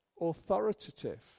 authoritative